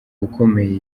ukomeye